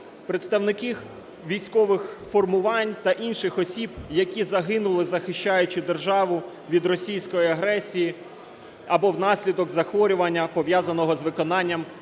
представників військових формувань та інших осіб, які загинули, захищаючи державу від російської агресії або внаслідок захворювання, пов'язаного з виконанням